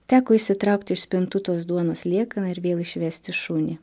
teko išsitraukti iš spintutos duonos liekaną ir vėl išvesti šunį